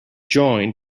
join